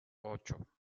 ocho